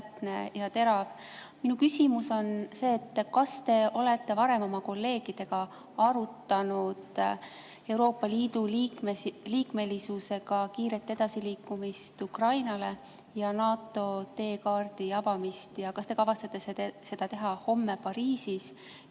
Minu küsimus on see. Kas te olete varem oma kolleegidega arutanud Ukraina Euroopa Liidu liikmesusega kiiret edasiliikumist ja NATO teekaardi avamist? Kas te kavatsete seda teha homme Pariisis?